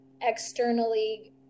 externally